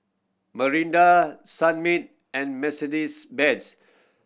Mirinda Sunmaid and Mercedes Benz